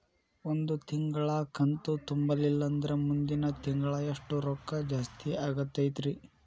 ಒಂದು ತಿಂಗಳಾ ಕಂತು ತುಂಬಲಿಲ್ಲಂದ್ರ ಮುಂದಿನ ತಿಂಗಳಾ ಎಷ್ಟ ರೊಕ್ಕ ಜಾಸ್ತಿ ಆಗತೈತ್ರಿ?